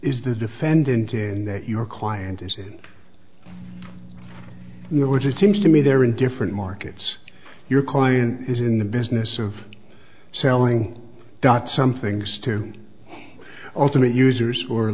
is the defendant in that your client is in your words it seems to me they're in different markets your client is in the business of selling dot somethings to ultimate users or at